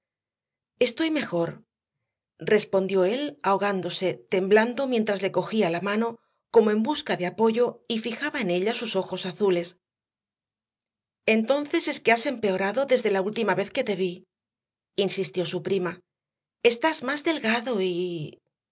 estoy mejor respondió él ahogándose temblando mientras le cogía la mano como en busca de apoyo y fijaba en ella sus ojos azules entonces es que has empeorado desde la última vez que te vi insistió su prima estás más delgado y